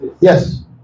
Yes